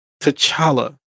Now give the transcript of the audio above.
T'Challa